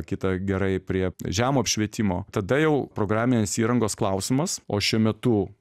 kita gerai prie žemo apšvietimo tada jau programinės įrangos klausimas o šiuo metu